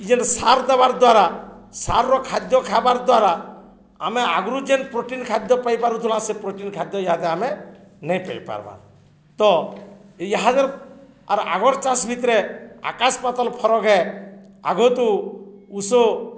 ଇ ଯେନ୍ ସାର୍ ଦେବାର୍ ଦ୍ୱାରା ସାରର ଖାଦ୍ୟ ଖାଇବାର୍ ଦ୍ୱାରା ଆମେ ଆଗରୁ ଯେନ୍ ପ୍ରୋଟିନ୍ ଖାଦ୍ୟ ପାଇ ପାରୁୁଥିଲା ସେ ପ୍ରୋଟିନ୍ ଖାଦ୍ୟ ଇହାଦେ ଆମେ ନେଇ ପାଇପାର୍ବାର୍ ତ ଦ ଆର୍ ଆଗର୍ ଚାଷ ଭିତରେ ଆକାଶ ପାତାଲ ଫରକ୍ ହେ ଆଗରୁତୁ ଉଷ